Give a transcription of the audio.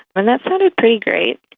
and that sounded pretty great.